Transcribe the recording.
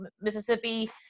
Mississippi